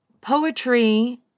poetry